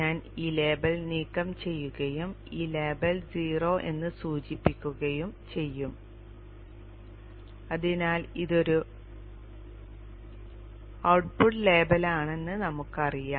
ഞാൻ ഈ ലേബൽ നീക്കം ചെയ്യുകയും ഈ ലേബൽ o എന്ന് സൂചിപ്പിക്കുകയും ചെയ്യും അതിനാൽ ഇതൊരു ഔട്ട്പുട്ട് ലേബലാണെന്ന് നമുക്ക് അറിയാം